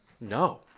No